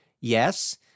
Yes